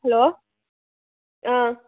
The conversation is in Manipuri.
ꯍꯜꯂꯣ ꯑ